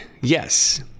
Yes